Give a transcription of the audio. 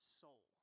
soul